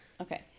Okay